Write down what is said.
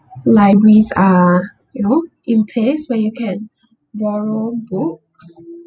libraries are you know in place where you can borrow books